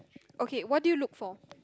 okay what do you look for